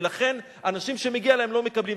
ולכן אנשים שמגיע להם לא מקבלים.